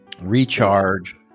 recharge